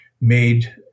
made